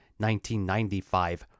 1995